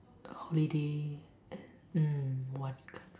holiday hmm what